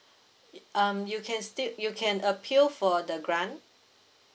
um you can still you can appeal for the grant